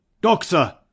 Doctor